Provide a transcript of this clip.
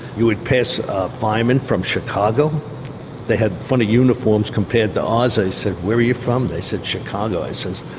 you would pass a fireman from chicago that had funny uniforms compared to ours. i said, where are you from? they said, chicago. i says,